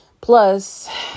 Plus